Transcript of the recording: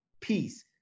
peace